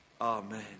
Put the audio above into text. Amen